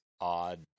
odd